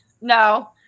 No